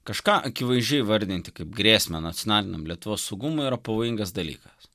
kažką akivaizdžiai įvardinti kaip grėsmę nacionaliniam lietuvos saugumui yra pavojingas dalykas